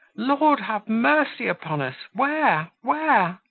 lord have mercy upon us! where! where!